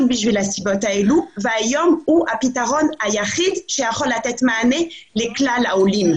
בגלל הסיבות האלה והיום הוא הפתרון היחיד שיכול לתת מענה לכלל העולים.